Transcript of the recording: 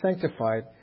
sanctified